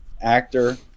actor